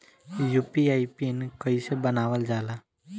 UPI PIN कइसे बनावल जाला?